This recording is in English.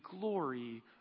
glory